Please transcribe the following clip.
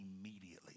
immediately